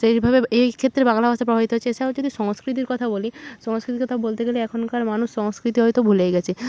সেইভাবে এই ক্ষেত্রে বাংলা ভাষা প্রভাবিত হচ্ছে এছাড়াও যদি সংস্কৃতির কথা বলি সংস্কৃতিতে তা বলতে গেলে এখনকার মানুষ সংস্কৃতি হয়তো ভুলেই গেছে